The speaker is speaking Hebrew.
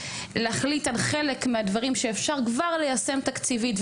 להחליט על חלק מהדברים שכבר אפשר ליישם תקציבית,